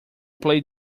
play